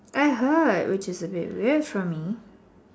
I heard which is a bit weird for me